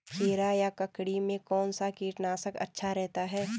खीरा या ककड़ी में कौन सा कीटनाशक अच्छा रहता है?